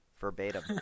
verbatim